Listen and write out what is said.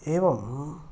एवं